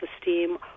esteem